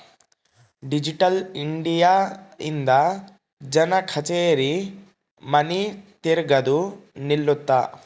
digital India ಇಂದ ಜನ ಕಛೇರಿ ಮನಿ ತಿರ್ಗದು ನಿಲ್ಲುತ್ತ